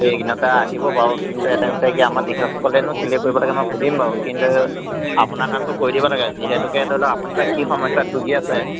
এই কেইদিনতে আহিব বাৰু কিন্তু এটা কথা কি আমাক তেখেতসকলে নো কেলৈ কৰিব লাগে সুধিম বাৰু কিন্তু আপোনাৰ কামটো কৰি দিব লাগে যিহেতুকে ধৰি লওক আপুনি বা কি সমস্যাত ভুগি আছে